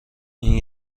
این